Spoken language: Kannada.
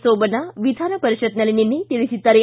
ಸೋಮಣ್ಣ ವಿಧಾನಪರಿಷತ್ನಲ್ಲಿ ನಿನ್ನೆ ತಿಳಿಸಿದ್ದಾರೆ